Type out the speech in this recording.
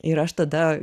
ir aš tada